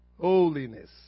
Holiness